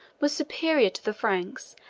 were superior to the franks,